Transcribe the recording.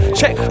Check